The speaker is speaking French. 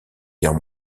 guerre